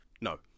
No